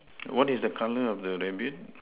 what is the colour of the rabbit